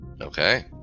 okay